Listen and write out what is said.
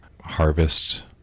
harvest